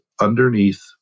underneath